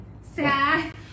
sad